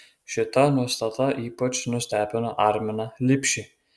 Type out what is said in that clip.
šita nuostata ypač nustebino arminą lipšį